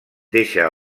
deixa